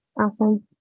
Awesome